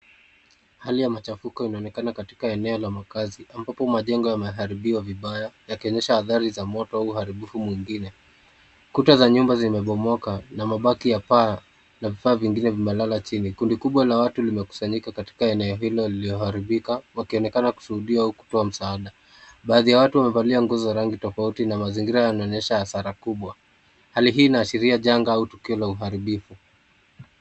Hali ya machafuko inaonekana katika eneo la makazi ambapo majengo yameharibiwa vibaya yakionyesha athari za moto huaribifu mwingine. Kuta za nyumba zimebomoka na mabaki ya paa na vifaa vingine vimelala chini kundi kubwa la watu wamekusanyika katika eneo hilo lililo haribika wakionekana kushuhudia au kupewa msahada. Baadhi ya watu wamevalia nguo ya rangi tofauti na mazingira yanaonyesha hasara kubwa hali hii inaashiria janga au tokeo la uharibifu.